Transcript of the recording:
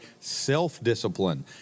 self-discipline